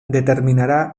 determinará